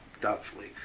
doubtfully